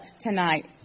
tonight